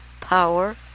Power